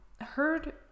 heard